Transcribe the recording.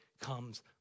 comes